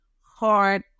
hard